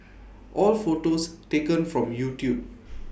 all photos taken from YouTube